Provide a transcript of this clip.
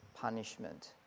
punishment